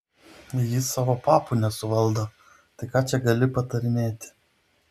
ji savo papų nesuvaldo tai ką čia gali patarinėti